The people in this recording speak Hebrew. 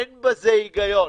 אין בזה היגיון.